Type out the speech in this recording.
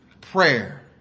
prayer